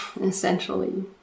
essentially